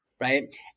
right